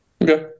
Okay